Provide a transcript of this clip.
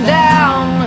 down